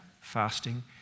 fasting